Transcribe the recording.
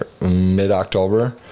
mid-October